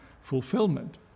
fulfillment